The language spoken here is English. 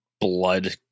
blood